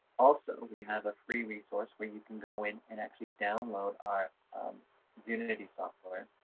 also, we have a free resource where you can go in and actually download our unity software.